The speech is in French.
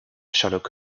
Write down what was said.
sherlock